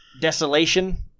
Desolation